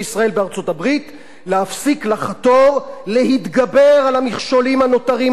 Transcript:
להפסיק לחתור להתגברות על המכשולים הנותרים לשוויון מלא בישראל.